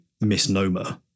misnomer